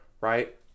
right